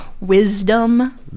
wisdom